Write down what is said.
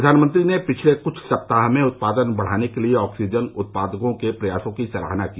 प्रधानमंत्री ने पिछले कुछ सप्ताह में उत्पादन बढ़ाने के लिए ऑक्सीजन उत्पादकों के प्रयासों की सराहना की